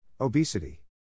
Obesity